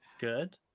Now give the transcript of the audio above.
good